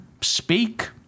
speak